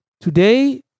today